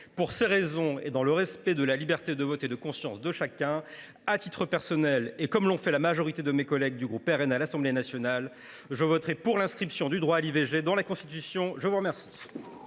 Pour ces raisons, et dans le respect de la liberté de vote et de conscience de chacun, à titre personnel et comme l’ont fait la majorité de mes collègues du groupe Rassemblement national à l’Assemblée nationale, je voterai pour l’inscription du droit à l’IVG dans la Constitution. La parole